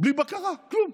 בלי בקרה, כלום.